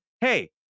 Hey